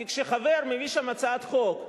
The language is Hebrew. כי כשחבר מביא שם הצעת חוק,